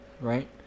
right